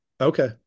Okay